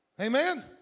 Amen